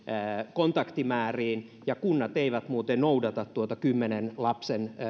kontaktimäärien takia ja kunnat eivät muuten noudata tuota kymmenen lapsen